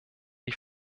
die